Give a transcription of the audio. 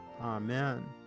Amen